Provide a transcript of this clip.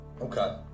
Okay